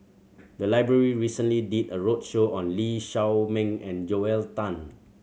the library recently did a roadshow on Lee Shao Meng and Joel Tan